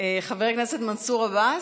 חבר הכנסת מנסור עבאס,